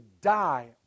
die